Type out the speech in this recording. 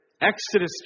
exodus